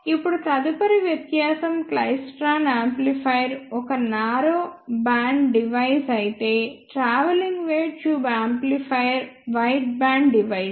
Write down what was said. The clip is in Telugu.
ఇప్పుడు తదుపరి వ్యత్యాసం క్లైస్ట్రాన్ యాంప్లిఫైయర్ ఒక నారో బ్యాండ్ డివైస్ అయితే travelling wave tube amplifier wide band device